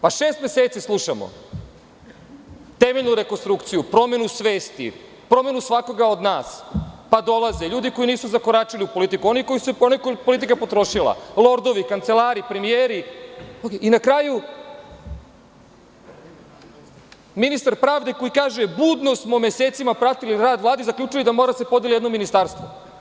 Šest meseci slušamo- temeljnu rekonstrukciju, promenu svesti, promenu svakoga od nas, pa dolaze ljudi koji nisu zakoračili u politiku, oni koje politika nije potrošila, lordovi, kancelari, premijeri, i na kraju ministar pravde koji kaže, budno smo mesecima pratili rad Vlade i zaključili da moramo da podelimo jedno ministarstvo.